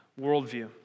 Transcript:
worldview